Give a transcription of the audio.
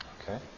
okay